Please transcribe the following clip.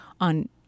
on